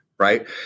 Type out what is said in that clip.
right